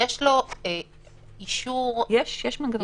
יש לו אישור --- יש מנגנון.